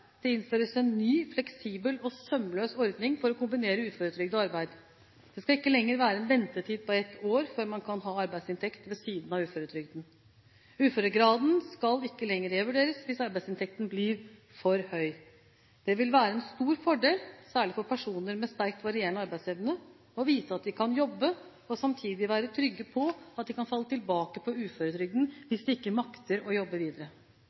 Det innføres en ny, fleksibel og sømløs ordning for å kombinere uføretrygd og arbeid. Det skal ikke lenger være en ventetid på ett år før man kan ha arbeidsinntekt ved siden av uføretrygden. Uføregraden skal ikke lenger revurderes hvis arbeidsinntekten blir for høy. Det vil være en stor fordel – særlig for personer med sterkt varierende arbeidsevne – å vite at de kan jobbe og samtidig være trygge på at de kan falle tilbake på uføretrygden hvis de ikke makter å jobbe videre.